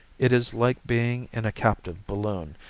it is like being in a captive balloon,